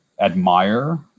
admire